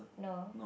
no